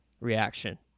reaction